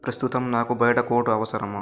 ప్రస్తుతం నాకు బయట కోటు అవసరమా